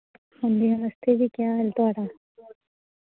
हां जी नमस्ते जी केह् हाल ऐ थोआढ़ा